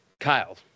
Kyle